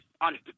on –